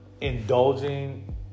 indulging